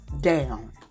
down